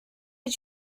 did